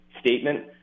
statement